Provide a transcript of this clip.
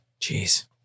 Jeez